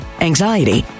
anxiety